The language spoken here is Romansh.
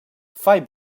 fai